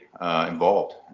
involved